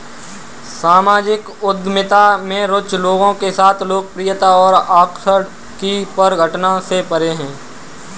सामाजिक उद्यमिता में रुचि लोगों के साथ लोकप्रियता और आकर्षण की परिघटना से परे है